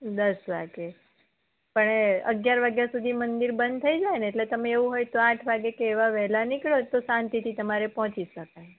દસ વાગે પણ અગિયાર વાગ્યા સુધી મંદિર બંધ થઇ જાયને એટલે તમે એવું હોયને તો આઠ વાગે કે એવાં વહેલાં નીકળો તો શાંતિથી તમારે પહોંચી શકાય